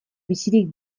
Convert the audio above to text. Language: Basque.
bizirik